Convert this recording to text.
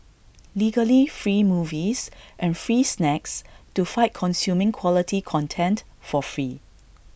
legally free movies and free snacks to fight consuming quality content for free